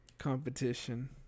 Competition